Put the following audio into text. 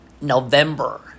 November